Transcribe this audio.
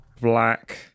black